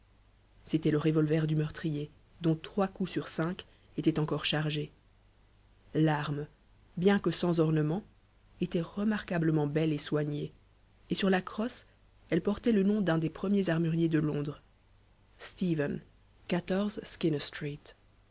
c'était le revolver du meurtrier dont trois coups sur cinq étaient encore chargés l'arme bien que sans ornements était remarquablement belle et soignée et sur la crosse elle portait le nom d'un des premiers armuriers de londres stephen